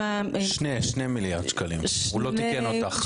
עם 2 מיליארד שקלים הוא לא תיקן אותך.